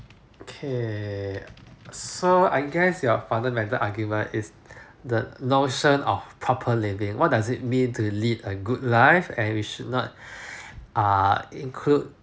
okay so I guess your fundamental argument is the notion of proper living what does it mean lead to a good life and we should not uh include